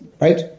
Right